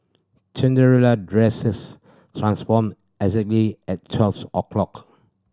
Cinderella dresses transformed exactly at twelfth o' clock